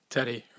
Teddy